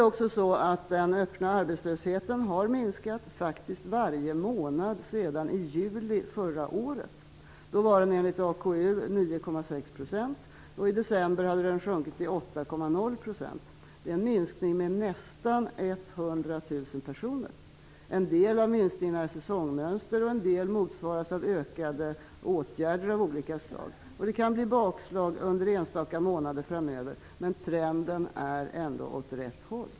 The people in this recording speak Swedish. Den öppna arbetslösheten har minskat varje månad sedan i juli förra året. Då var den enligt 8,0 %. Det är en minskning med nästan 100 000 personer. En del av minskningen är säsongsmönster och en del motsvaras av ökade åtgärder av olika slag. Det kan bli bakslag under enstaka månader framöver, men trenden går ändå åt rätt håll.